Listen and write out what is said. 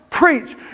preach